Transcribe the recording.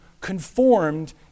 conformed